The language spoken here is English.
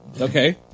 Okay